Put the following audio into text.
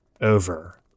over